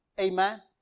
Amen